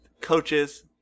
coaches